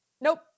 nope